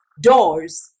doors